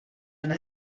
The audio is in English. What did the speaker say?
and